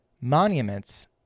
Monuments